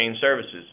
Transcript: services